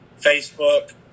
Facebook